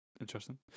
interesting